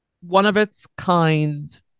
one-of-its-kind